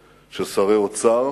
של שרי אוצר,